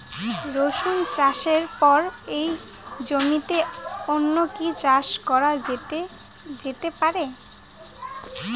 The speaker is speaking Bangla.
রসুন চাষের পরে ওই জমিতে অন্য কি চাষ করা যেতে পারে?